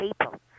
people